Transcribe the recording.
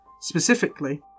Specifically